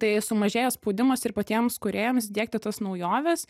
tai sumažėjęs spaudimas ir patiems kūrėjams diegti tas naujoves